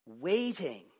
waiting